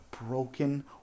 broken